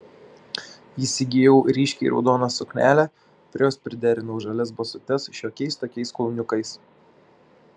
įsigijau ryškiai raudoną suknelę prie jos priderinau žalias basutes šiokiais tokiais kulniukais